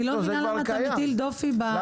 אני לא מבינה למה אתה מטיל דופי --- אגב,